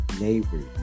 neighbors